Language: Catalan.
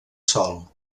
sol